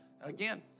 Again